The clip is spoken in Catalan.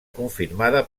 confirmada